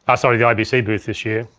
ah sorry, the ibc booth this year.